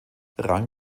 rang